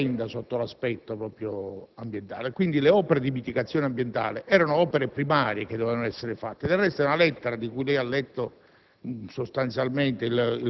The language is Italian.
veramente orrenda sotto l'aspetto ambientale. Quindi, le opere di mitigazione ambientale erano opere primarie che dovevano essere realizzate. Del resto, nella lettera, di cui lei ha letto